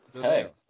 Hey